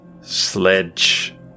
sledge